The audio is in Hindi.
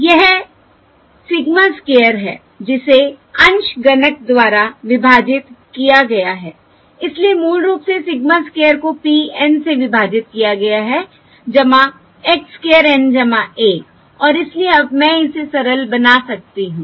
यह सिग्मा स्क्वायर है जिसे अंश गणक द्वारा विभाजित किया गया है इसलिए मूल रूप से सिग्मा स्क्वायर को p N से विभाजित किया गया है x स्क्वायर N 1और इसलिए अब मैं इसे सरल बना सकती हूं